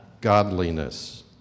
godliness